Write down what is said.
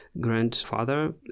grandfather